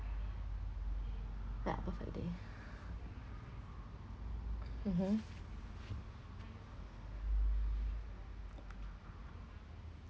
ya perfect day mmhmm